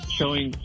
showing